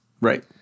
Right